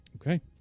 Okay